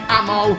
Ammo